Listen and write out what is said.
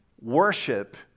worship